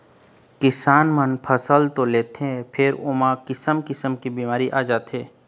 किसान मन ह फसल तो ले लेथे फेर ओमा किसम किसम के बिमारी आ जाथे